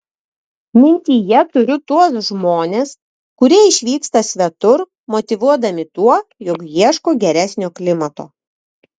mintyje turiu tuos žmones kurie išvyksta svetur motyvuodami tuo jog ieško geresnio klimato